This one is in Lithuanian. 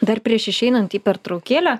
dar prieš išeinant į pertraukėlę